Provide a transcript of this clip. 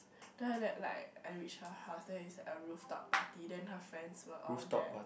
then after that like I reach her house then it's like a rooftop party then her friends were all there